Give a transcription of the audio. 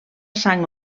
sang